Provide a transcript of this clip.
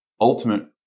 ultimate